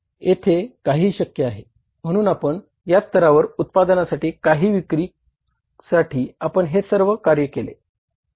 येथे काहीही शक्य आहे म्ह्णून आपण या स्तराच्या उत्पादनासाठी आणि विक्रीसाठी आपण हे सर्व कार्य केले